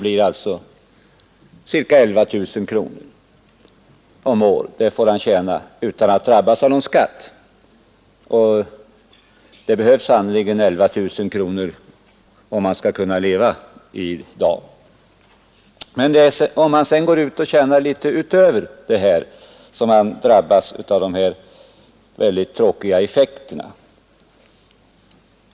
Man kan alltså komma upp i en total inkomst av ca 11 000 kronor per år utan att drabbas av skatt — och det behövs sannerligen 11 000 kronor om man skall kunna leva i dag. Men om folkpensionären sedan går ut och tjänar litet utöver detta belopp drabbas han av mycket tråkiga tröskeleffekter.